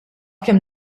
kemm